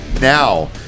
now